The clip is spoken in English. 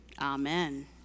Amen